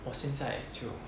我现在就